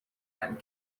and